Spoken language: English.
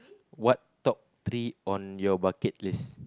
what top three on your bucket list